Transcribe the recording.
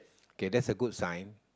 K that's a good sign